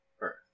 Earth